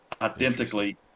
identically